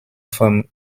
vom